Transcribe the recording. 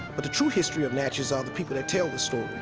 but the true history of natchez are the people that tell the story,